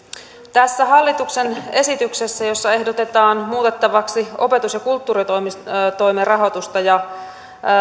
tässä hallituksen esityksessä jossa ehdotetaan muutettavaksi opetus ja kulttuuritoimen rahoitusta ja